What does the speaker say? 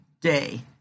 day